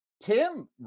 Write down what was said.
tim